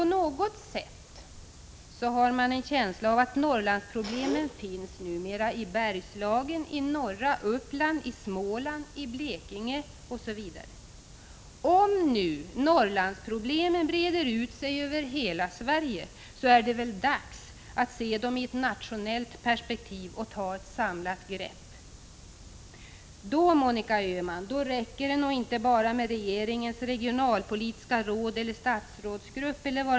På något sätt har man en känsla av att Norrlandsproblemen numera finns i Bergslagen, i norra Uppland, i Småland, i Blekinge, osv. Om nu Norrlandsproblemen breder ut sig över hela Sverige är det väl dags att se dem i ett nationellt perspektiv och ta ett samlat grepp. Då, Monica Öhman, räcker det nog inte med regeringens regionalpolitiska råd eller statsrådsgrupp.